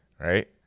right